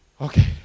Okay